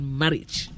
marriage